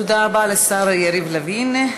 תודה רבה לשר יריב לוין.